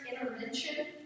intervention